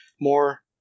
more